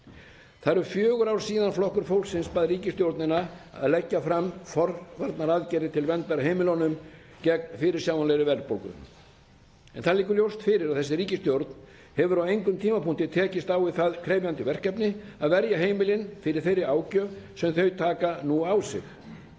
Það eru fjögur ár síðan Flokkur fólksins bað ríkisstjórnina að leggja fram forvarnaaðgerðir til verndar heimilunum gegn fyrirsjáanlegri verðbólgu. Það liggur ljóst fyrir að þessi ríkisstjórn hefur á engum tímapunkti tekist á við það krefjandi verkefni að verja heimilin fyrir þeirri ágjöf sem þau taka nú á sig.